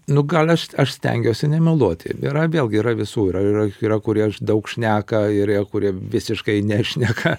nu gal aš aš stengiuosi nemeluoti yra vėlgi yra visų yra yra yra kurie daug šneka ir yra kurie visiškai nešneka